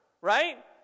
right